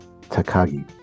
Takagi